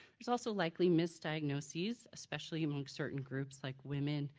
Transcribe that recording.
there's also likely misdiagnosis, especially among certain groups like women,